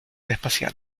espacial